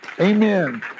Amen